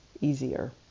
easier